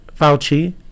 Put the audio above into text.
Fauci